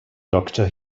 doctor